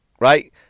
Right